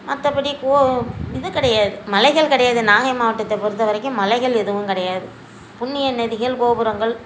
மற்றபடி கோவி இது கிடையாது மலைகள் கிடையாது நாகை மாவட்டத்தை பொறுத்தவரைக்கும் மலைகள் எதுவும் கிடையாது புண்ணிய நதிகள் கோபுரங்கள்